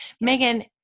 Megan